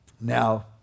Now